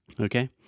Okay